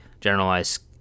generalized